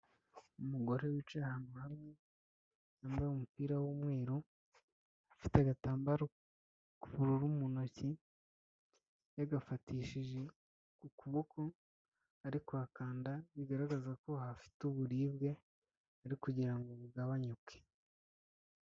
Umugore wicaye ahantu hamwe wambaye umupira w'umweru, ufite agatambaro k'ubururu mu ntoki yagafatishije ukuboko ari kuhakanda bigaragaza ko hafite uburibwe ari kugira ngo bugabanyuke.